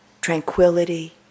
tranquility